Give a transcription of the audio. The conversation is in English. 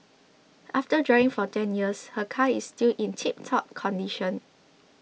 after driving for ten years her car is still in tiptop condition